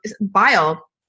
bile